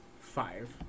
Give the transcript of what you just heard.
Five